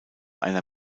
einer